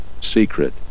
secret